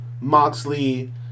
Moxley